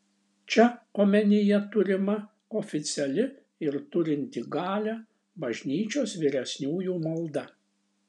čia omenyje turima oficiali ir turinti galią bažnyčios vyresniųjų malda